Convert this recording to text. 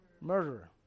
murderer